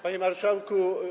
Panie Marszałku!